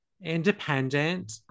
independent